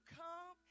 come